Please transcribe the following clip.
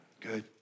Good